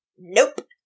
Nope